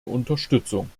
unterstützung